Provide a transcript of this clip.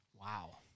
Wow